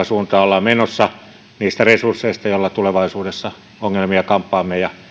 suuntaan ollaan menossa niistä resursseista joilla tulevaisuudessa ongelmia kamppaamme ja